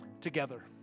together